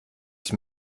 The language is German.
ich